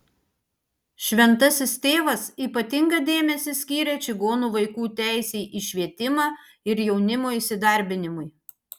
šventasis tėvas ypatingą dėmesį skyrė čigonų vaikų teisei į švietimą ir jaunimo įsidarbinimui